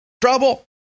trouble